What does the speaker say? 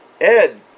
Ed